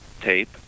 tape